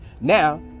now